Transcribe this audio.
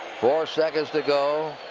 four seconds to go.